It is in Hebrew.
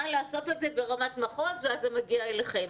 קל לאסוף את זה ברמת מחוז ואז זה מגיע אליכם.